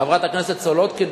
חברת הכנסת סולודקין,